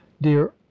dear